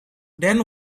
then